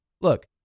Look